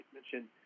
mentioned